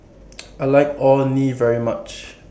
I like Orh Nee very much